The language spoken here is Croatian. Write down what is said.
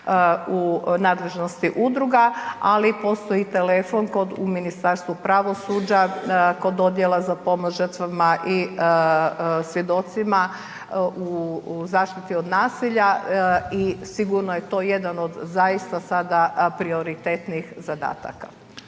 u nadležnosti udruga, ali postoji telefon u Ministarstvu pravosuđa kod dodjela za pomoć žrtvama i svjedocima u zaštiti od nasilja i sigurno je to jedan od zaista sada aprioritetnih zadataka.